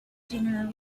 dinner